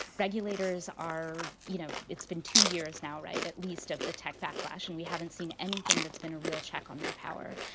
regulators are you know, it's been two years now right? at least of the tech backlash, and we haven't seen anything that's been a real check on their power.